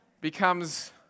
becomes